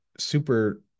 super